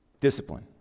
discipline